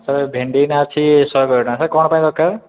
sir ଭେଣ୍ଡି ଏଇନା ଅଛି ଶହେ କୋଡ଼ିଏ ଟଙ୍କା ସାର୍ କ'ଣ ପାଇଁ ଦରକାର